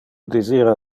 desira